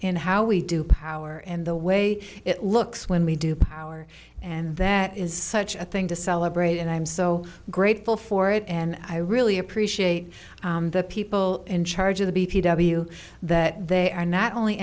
in how we do power and the way it looks when we do power and that is such a thing to celebrate and i'm so grateful for it and i really appreciate the people in charge of the b t w that they are not only